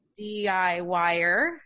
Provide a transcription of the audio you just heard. DIYer